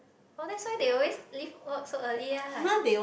oh that's why they always leave work so early ah